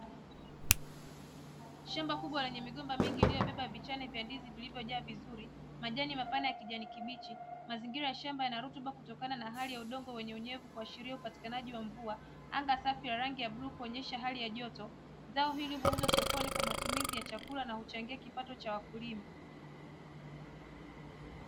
Shamba kubwa lenye migomba mingi iliyobeba vichane vya ndizi vilivyo jaa vizuri; majani mapana ya kijani kibichi. Mazingira ya shamba yana rutuba kutokana na hali ya udongo wenye unyevu kuashiria upatikanaji wa mvua. Anga safi la rangi ya bluu kuonyesha hali ya joto. Zao hili huuzwa sokoni kwa matumizi ya chakula na huchangia kipato cha wakulima.